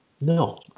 No